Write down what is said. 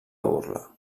burla